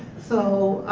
so